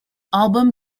album